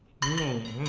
and